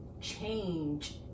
change